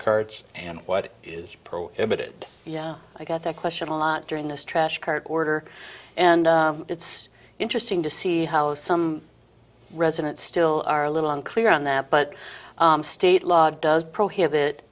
curch and what is prohibited yeah i got that question a lot during this trash card order and it's interesting to see how some residents still are a little unclear on that but state law does prohibit